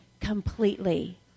Completely